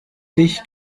dich